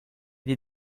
des